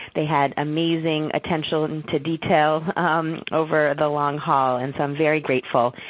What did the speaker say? they had amazing attention to detail over the long haul, and so, i'm very grateful.